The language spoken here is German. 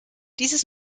dieses